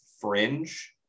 fringe